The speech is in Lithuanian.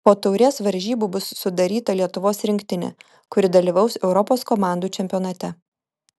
po taurės varžybų bus sudaryta lietuvos rinktinė kuri dalyvaus europos komandų čempionate